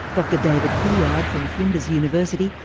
dr david hilliard from flinders university,